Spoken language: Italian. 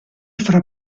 fra